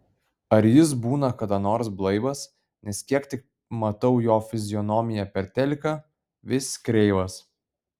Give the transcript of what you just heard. ar jis būna kada nors blaivas nes kiek tik matau jo fizionomiją per teliką vis kreivas